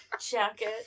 jacket